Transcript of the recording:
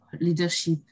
leadership